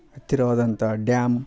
ಹತ್ತಿರವಾದಂಥ dam